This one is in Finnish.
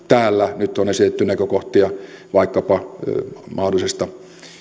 täällä nyt on esitetty näkökohtia vaikkapa mahdollisista